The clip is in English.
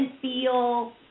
feel